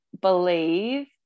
believe